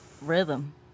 Rhythm